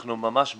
אנחנו ממש בעד.